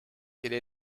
quelle